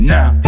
Now